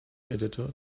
editor